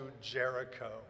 Jericho